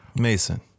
Mason